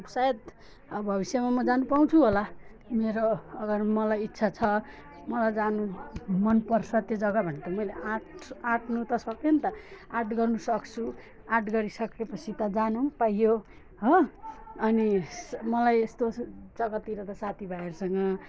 सायद अब भविष्यमा जानु पाउँछु होला मेरो अगर मलाई इच्छा छ मलाई जानु मनपर्छ त्यो जग्गा भने त मैले आँट आँट्नु त सक्यो नि त आँट गर्नसक्छु आँट गरिसकेपछि त जान पनि पाइयो हो अनि स मलाई यस्तो जग्गातिर त साथीभाइहरूसँग